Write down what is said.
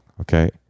okay